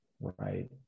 right